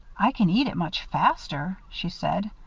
i can eat it much faster, she said,